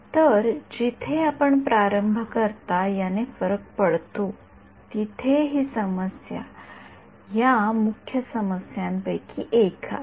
तर जिथे आपण प्रारंभ करता याने फरक पडतो तिथे ही समस्या या मुख्य समस्यांपैकी एक आहे